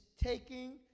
taking